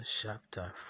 chapter